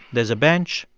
there's a bench,